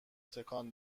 تکان